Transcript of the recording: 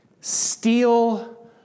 steal